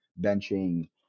benching